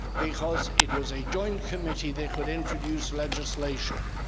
because it was a joint committee. they could introduce legislation.